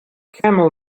camel